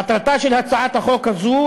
מטרתה של הצעת החוק הזאת,